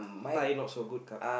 Thai not so good kap